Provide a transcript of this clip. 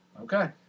Okay